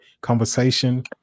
conversation